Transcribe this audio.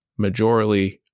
majorly